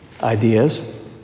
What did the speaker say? ideas